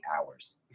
hours